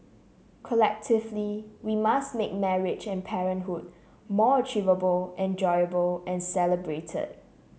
collectively we must make marriage and parenthood more achievable enjoyable and celebrated